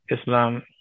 Islam